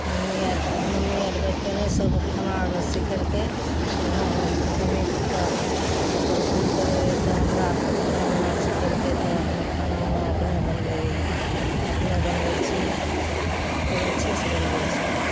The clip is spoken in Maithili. मम्मी अर मम्मी अर बचपनेसँ खाना और सिखेलकय तऽ मम्मी पप्पा अपन काम करय रहय तऽ हमरा अरके खाना उना सिखेलकय तऽ हम खाना उना अपने बनबय रहियै एखनो बनबय छियै खूब अच्छेसँ बनबय छियै